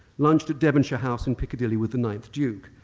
lunched at devonshire house in picadilly with the ninth duke,